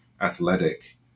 athletic